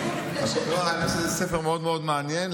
אני חושב שזה ספר מאוד מאוד מעניין.